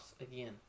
again